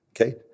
Okay